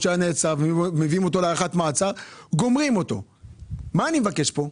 מה אני מבקש פה?